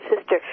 sister